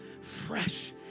fresh